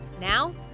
Now